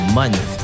month